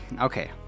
Okay